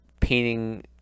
painting